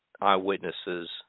eyewitnesses